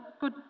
good